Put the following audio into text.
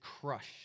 crushed